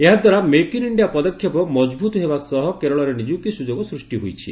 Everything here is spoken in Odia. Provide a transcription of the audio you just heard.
ଏହାଦ୍ୱାରା ମେକ୍ ଇନ୍ ଇଣ୍ଡିଆ ପଦକ୍ଷେପ ମଜବୁତ୍ ହେବା ସହ କେରଳରେ ନିଯୁକ୍ତି ସୁଯୋଗ ସୃଷ୍ଟି ହୋଇଛି